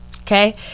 okay